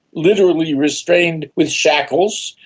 literally restrained with shackles,